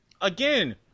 again